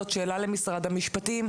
זו שאלה למשרד המשפטים.